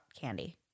candy